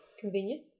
Convenient